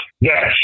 yes